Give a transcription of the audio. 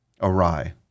awry